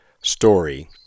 story